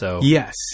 Yes